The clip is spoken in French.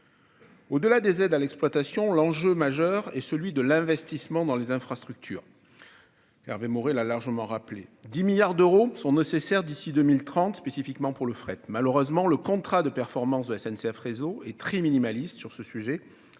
Au-delà des aides à l'exploitation, l'enjeu majeur est l'investissement dans les infrastructures, comme l'a rappelé Hervé Maurey. Au total, 10 milliards d'euros seront nécessaires d'ici à 2030, spécifiquement pour le fret. Malheureusement, le contrat de performance de SNCF Réseau est très minimaliste sur ce sujet,